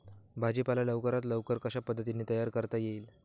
भाजी पाला लवकरात लवकर कशा पद्धतीने तयार करता येईल?